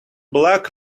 black